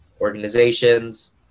organizations